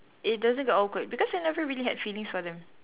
it doesn't got awkward because I never really had feelings for them